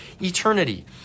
eternity